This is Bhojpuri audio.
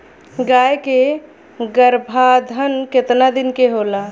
गाय के गरभाधान केतना दिन के होला?